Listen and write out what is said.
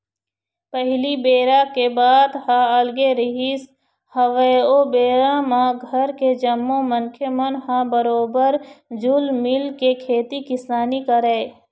पहिली बेरा के बात ह अलगे रिहिस हवय ओ बेरा म घर के जम्मो मनखे मन ह बरोबर जुल मिलके खेती किसानी करय